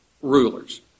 rulers